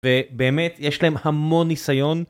ובאמת יש להם המון ניסיון